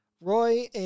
Roy